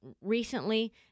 recently